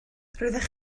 roeddech